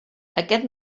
aquest